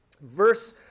Verse